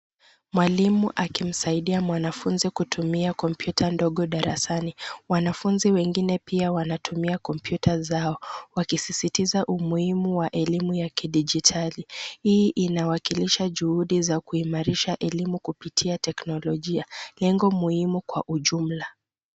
Mwalimu akimsaidia mwanafunzi kutumia kompyuta ndogo darasani. Wanafunzi wengine pia wanatumia kompyuta zao wakisisitiza umuhimu wa elimu ya kidijitali. Hii inawakilisha juhudi za kuimarisha elimu kupitia teknolojia ,lengo muhimu kwa ujumla.